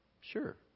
Sure